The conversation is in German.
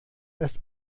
erst